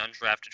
undrafted